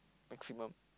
maximum